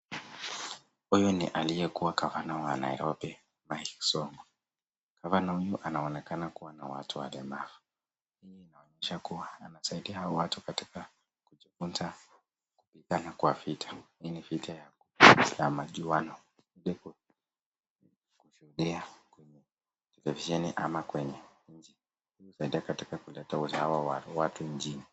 Huyo ni aliyekuwa gavana wa Nairobi Mike Sonko. Gavana huyu anaonekana kuwa na watu walemavu. Hii inaonyesha kuwa anasaidia hawa watu katika kujivunia kupigana kwa vita. Hii ni vita ya Uislamu na Juano. Ndipo kushuhudia kwenye televisheni ama kwenye nchi. Hii zaidi katika kuleta uhuru wa watu nchini.